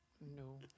no